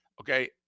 Okay